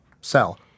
sell